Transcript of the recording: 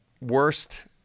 worst